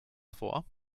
vor